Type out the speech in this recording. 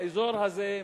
באזור הזה,